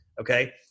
Okay